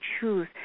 choose